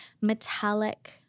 metallic